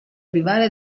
rivale